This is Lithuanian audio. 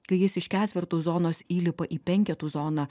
kai jis iš ketvirtų zonos įlipa į penketų zoną